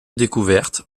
découverte